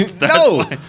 No